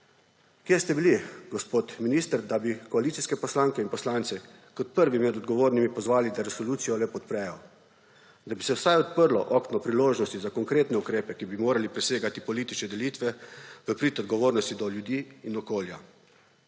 Kje ste bili, gospod minister, da bi koalicijske poslanke in poslance kot prve med odgovornimi pozvali, da resolucijo le podprejo, da bi se vsaj odprlo okno priložnosti za konkretne ukrepe, ki bi morali presegati politične delitve v prid odgovornosti do ljudi in okolja?